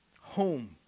Home